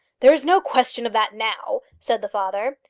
there is no question of that now, said the father.